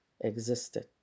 existed